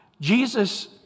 Jesus